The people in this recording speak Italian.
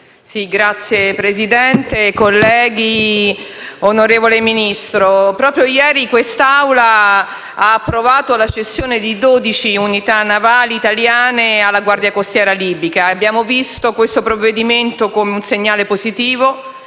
Signor Presidente, colleghi, onorevole Ministro, proprio ieri quest'Aula ha approvato la cessione di dodici unità navali italiane alla Guardia costiera libica. Abbiamo visto il provvedimento come un segnale positivo;